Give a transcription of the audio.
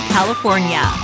California